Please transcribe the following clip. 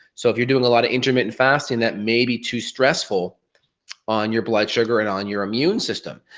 so, if you're doing a lot of intermittent fasting that maybe too stressful on your bloodsugar and on your immune system.